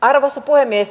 arvoisa puhemies